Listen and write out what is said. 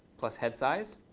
head size.